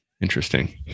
Interesting